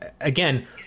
again